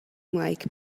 like